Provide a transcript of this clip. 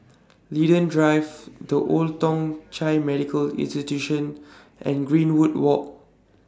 Linden Drive The Old Thong Chai Medical Institution and Greenwood Walk